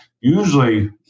usually